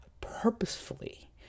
purposefully